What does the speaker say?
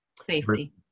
safety